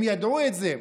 הם ידעו את זה,